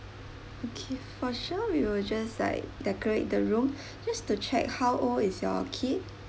okay for sure we will just like decorate the room just to check how old is your kid